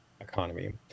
Economy